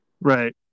Right